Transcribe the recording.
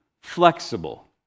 Flexible